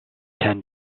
ten